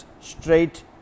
straight